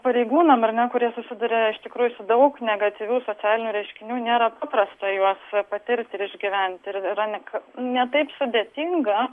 pareigūnams ar ne kurie susiduria iš tikrųjų su daug negatyvių socialinių reiškinių nėra paprasta juos patirti ir išgyventi ir yra ne taip sudėtinga